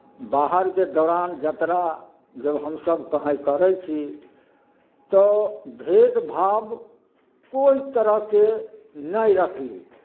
बाहरके दौरान यात्रा जब हमसभ कहीँ करै छी तऽ भेदभाव कोइ तरहके नहि रखली